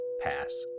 pass